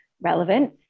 relevant